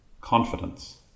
confidence